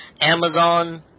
Amazon